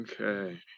Okay